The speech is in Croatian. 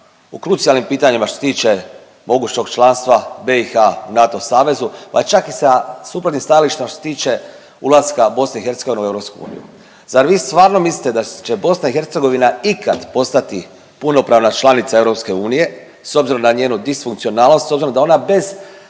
u krucijalnim pitanjima što se tiče mogućnog članstva BiH u NATO savezu pa čak i sa suprotnim stajalištima što se tiče ulaska BiH u EU. Zar vi stvarno mislite da će BiH ikad postati punopravna članica EU s obzirom na njenu disfunkcionalnost s obzirom da ona bez